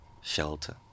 shelter